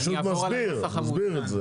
פשוט נסביר את זה.